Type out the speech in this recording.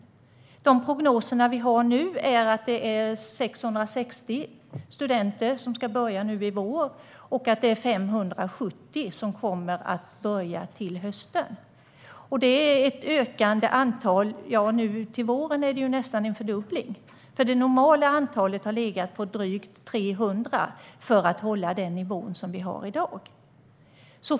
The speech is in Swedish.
Enligt de prognoser vi har nu är det 660 studenter som ska börja nu i vår och 570 som kommer att börja till hösten. Det är ett ökande antal. Nu till våren är det nästan en fördubbling; normalt har antalet varit drygt 300 för att hålla den nivå vi har i dag.